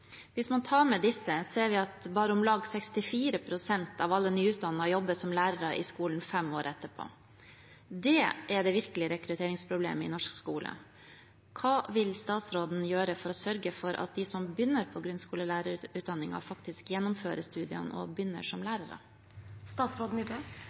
fem år etterpå. Det er det virkelige rekrutteringsproblemet i norsk skole. Hva vil statsråden gjøre for å sørge for at de som begynner på grunnskolelærerutdanningen, faktisk gjennomfører studiene og begynner som